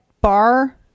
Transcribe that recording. bar